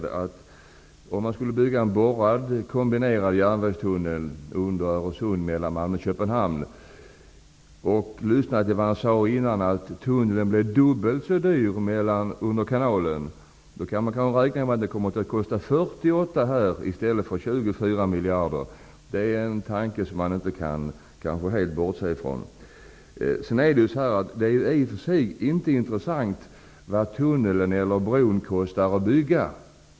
Då kanske man kan räkna med att en kombinerad järnvägstunnel under Öresund mellan Malmö och Köpenhamn kommer att kosta 48 i stället för 24 miljarder. Det är en tanke som man inte helt kan bortse från. Det är i och för sig inte intressant hur mycket en tunnel eller en bro kostar att bygga.